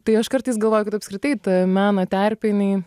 tai aš kartais galvoju kad apskritai meno terpė jinai